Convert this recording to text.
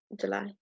July